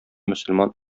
мөселман